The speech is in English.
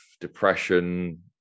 depression